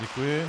Děkuji.